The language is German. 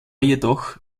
jedoch